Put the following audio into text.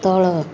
ତଳ